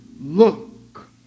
Look